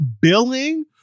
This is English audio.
Billing